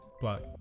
Black